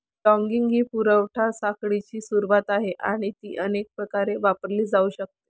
logging ही पुरवठा साखळीची सुरुवात आहे आणि ती अनेक प्रकारे वापरली जाऊ शकते